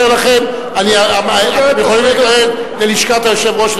למפלגת הליכוד.